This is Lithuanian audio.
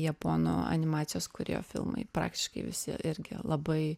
japonų animacijos kūrėjo filmai praktiškai visi irgi labai